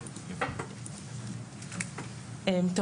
שלום,